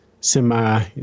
semi